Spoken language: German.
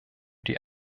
die